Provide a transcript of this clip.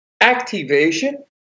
activation